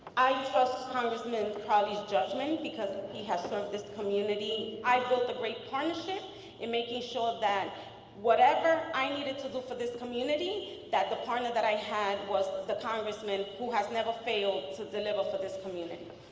i trust congressman crowley's judgment because he has served this community. i built a great partnership in making sure that whatever i needed to do for this community, that the partner that i had was the congressman who has never failed to deliver for this community.